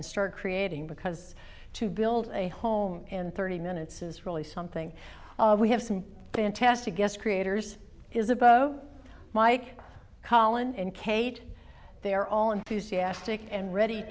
and start creating because to build a home and thirty minutes is really something we have some fantastic guest creators isabeau mike collin and kate they are all enthusiastic and ready